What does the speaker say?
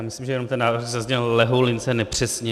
Myslím, že ten návrh zazněl lehoulince nepřesně.